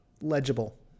legible